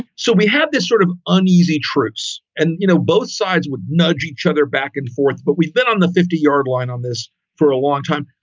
so we have this sort of uneasy truce. and, you know, both sides would nudge each other back and forth. but we've been on the fifty yard line on this for a long time.